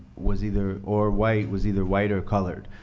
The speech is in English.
was either or white was either white or colored.